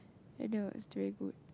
I know it's very good